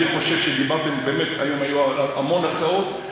אני חושב שדיברתם, באמת, היום היו המון הצעות.